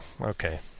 Okay